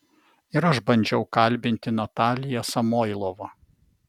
ir aš bandžiau kalbinti nataliją samoilovą